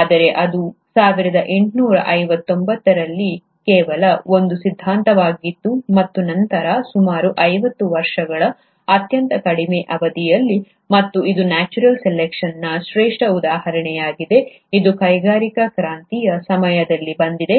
ಆದರೆ ಇದು 1859 ರಲ್ಲಿ ಕೇವಲ ಒಂದು ಸಿದ್ಧಾಂತವಾಗಿತ್ತು ಮತ್ತು ನಂತರ ಸುಮಾರು ಐವತ್ತು ವರ್ಷಗಳ ಅತ್ಯಂತ ಕಡಿಮೆ ಅವಧಿಯಲ್ಲಿ ಮತ್ತು ಇದು ನ್ಯಾಚುರಲ್ ಸೆಲೆಕ್ಷನ್ನ ಶ್ರೇಷ್ಠ ಉದಾಹರಣೆಯಾಗಿದೆ ಇದು ಕೈಗಾರಿಕಾ ಕ್ರಾಂತಿಯ ಸಮಯದಲ್ಲಿ ಬಂದಿದೆ